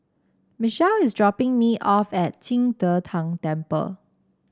Michelle is dropping me off at Qing De Tang Temple